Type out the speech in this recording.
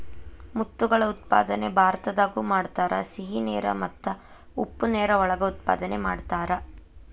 ಮುತ್ತುಗಳ ಉತ್ಪಾದನೆ ಭಾರತದಾಗು ಮಾಡತಾರ, ಸಿಹಿ ನೇರ ಮತ್ತ ಉಪ್ಪ ನೇರ ಒಳಗ ಉತ್ಪಾದನೆ ಮಾಡತಾರ